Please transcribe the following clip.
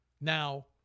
Now